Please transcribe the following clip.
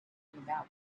about